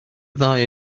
ddau